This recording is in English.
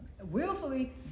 willfully